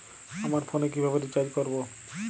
আমার ফোনে কিভাবে রিচার্জ করবো?